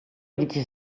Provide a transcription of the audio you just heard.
iritsi